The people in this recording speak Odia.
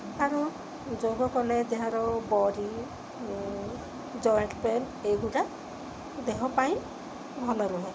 କାରଣ ଯୋଗ କଲେ ଦେହର ବଡ଼ି ଜଏଣ୍ଟ ପେନ୍ ଏଇଗୁଡ଼ା ଦେହ ପାଇଁ ଭଲ ରୁହେ